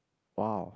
!wow!